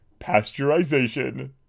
pasteurization